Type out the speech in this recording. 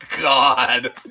god